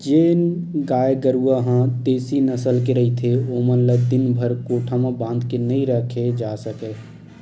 जेन गाय गरूवा ह देसी नसल के रहिथे ओमन ल दिनभर कोठा म धांध के नइ राखे जा सकय